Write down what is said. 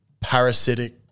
Parasitic